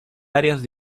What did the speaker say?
áreas